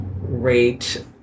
rate